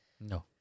No